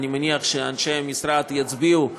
אני מניח שאנשי המשרד יצביעו בהתאם,